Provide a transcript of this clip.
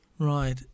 Right